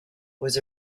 was